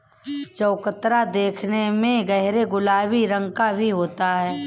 चकोतरा देखने में गहरे गुलाबी रंग का भी होता है